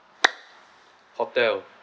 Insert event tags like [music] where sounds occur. [noise] hotel